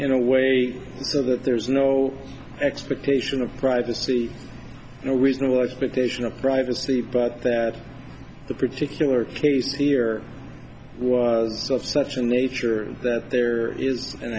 in a way so that there is no expectation of privacy no reasonable expectation of privacy but that the particular case here was of such a nature that there is an